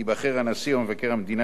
ייבחר הנשיא או מבקר המדינה,